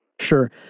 Sure